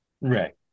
Right